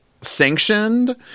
sanctioned